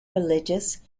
religious